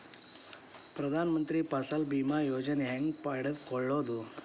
ಪ್ರಧಾನ ಮಂತ್ರಿ ಫಸಲ್ ಭೇಮಾ ಯೋಜನೆ ಹೆಂಗೆ ಪಡೆದುಕೊಳ್ಳುವುದು?